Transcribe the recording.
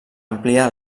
ampliar